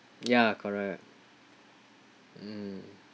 ya correct mm